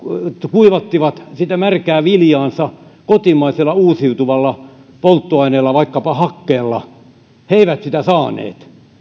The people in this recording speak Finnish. kuivattivat sitä märkää viljaansa kotimaisella uusiutuvalla polttoaineella vaikkapa hakkeella eivät sitä etua saaneet